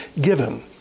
given